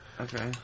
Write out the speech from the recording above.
Okay